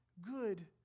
good